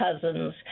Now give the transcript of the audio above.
cousins